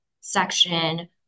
section